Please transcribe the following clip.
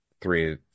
three